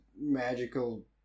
magical